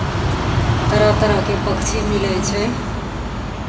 तरह तरहके पक्षी मिलै छै